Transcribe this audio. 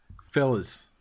Fellas